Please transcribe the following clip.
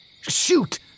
Shoot